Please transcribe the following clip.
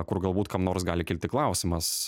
kur galbūt kam nors gali kilti klausimas